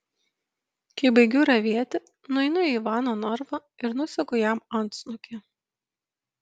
kai baigiu ravėti nueinu į ivano narvą ir nusegu jam antsnukį